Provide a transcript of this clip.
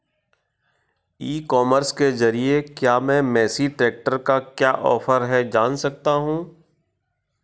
ई commerce के ज़रिए क्या मैं मेसी ट्रैक्टर का क्या ऑफर है जान सकता हूँ?